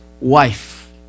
wife